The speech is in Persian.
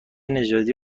نژادی